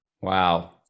Wow